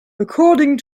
according